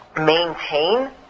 maintain